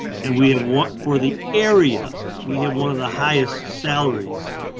and we in what for the area we have one of the highest salaries.